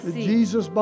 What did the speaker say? Jesus